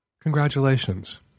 congratulations